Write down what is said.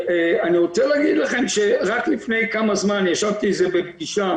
אני יכול להגיד לכם שרק לפני כמה זמן ישבתי בפגישה